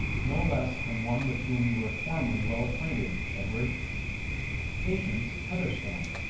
no less than one with whom you were formerly well acquainted, edward patience heatherstone.